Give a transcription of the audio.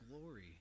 glory